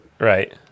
Right